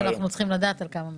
אנחנו צריכים לדעת על כמה מדובר.